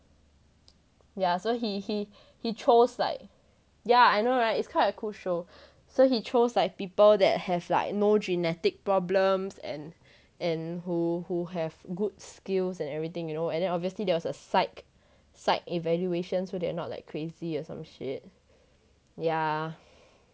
yeah so he he he chose like yeah I know right it's quite a cool show so he chose like people that have like no genetic problems and and who who have good skills and everything you know and then obviously there was a psych psych evaluations so they are not like crazy or some shit yeah